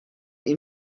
این